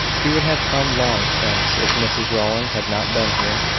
he would have come long since if mrs rowland had not been here.